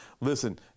Listen